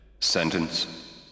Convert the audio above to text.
Sentence